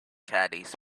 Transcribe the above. caddies